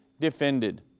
defended